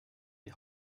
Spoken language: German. die